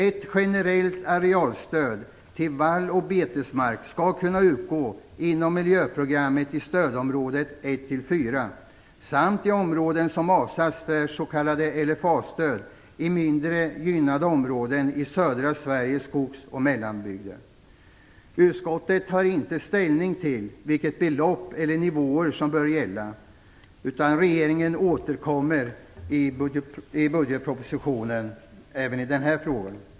Ett generellt arealstöd till vall och betesmark skall inom miljöprogrammets ram kunna utgå till stödområdena 1-4 och till områden som avsatts för s.k. LFA-stöd samt mindre gynnade områden i södra Sveriges skogs och mellanbygder. Utskottet tar inte ställning till vilka belopp eller nivåer som bör gälla. Regeringen återkommer i budgetpropositionen även i denna fråga.